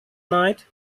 night